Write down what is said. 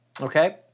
Okay